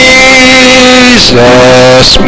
Jesus